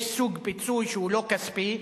יש סוג של פיצוי שאינו כספי,